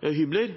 hybler